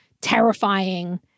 terrifying